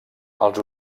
els